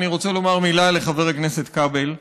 אני רוצה לומר מילה לחבר הכנסת כבל.